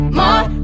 more